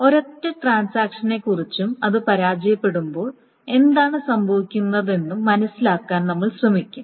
ഒരൊറ്റ ട്രാൻസാക്ഷനെക്കുറിച്ചും അത് പരാജയപ്പെടുമ്പോൾ എന്താണ് സംഭവിക്കുന്നതെന്നും മനസ്സിലാക്കാൻ നമ്മൾ ശ്രമിക്കും